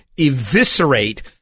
eviscerate